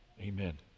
Amen